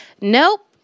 Nope